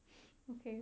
okay